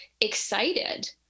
excited